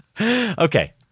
Okay